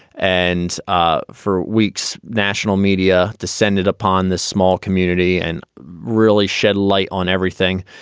and ah for weeks, national media descended upon this small community and really shed light on everything.